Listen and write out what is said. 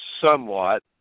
somewhat